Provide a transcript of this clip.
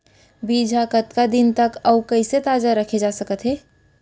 बीज ह कतका दिन तक अऊ कइसे ताजा रखे जाथे सकत हे?